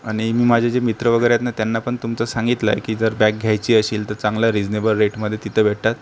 आणि माझे जे मित्र वगैरे आहेत ना त्यांना पण तुमचं सांगितलं आहे की जर बॅग घ्यायची असेल तर चांगल्या रिजनेबल रेटमधे तिथं भेटतात